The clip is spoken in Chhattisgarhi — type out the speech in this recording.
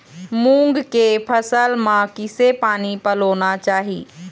मूंग के फसल म किसे पानी पलोना चाही?